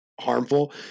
harmful